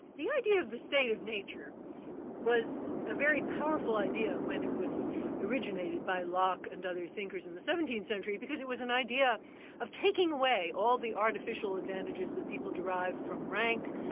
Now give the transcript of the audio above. the idea of the state of nature was a very powerful idea when it was originated by locke and other thinkers in the seventeenth century because it was an idea of taking away all the artificial advantages that people derive from rank,